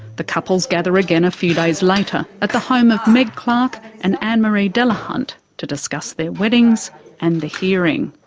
the couples gather again a few days later at the home of meg clark and anne-marie delahunt to discuss their weddings and the hearing.